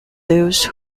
those